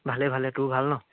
ভালেই ভালেই তোৰ ভাল ন